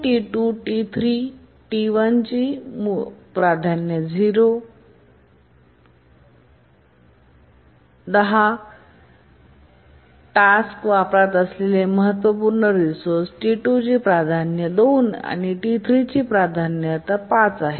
T1 T2T3 आणि T1ची प्राधान्य 10 टास्के वापरत असलेले महत्त्वपूर्ण रिसोर्सेस T2ची प्राधान्य 2 आणि T3 ची प्राधान्य 5 आहे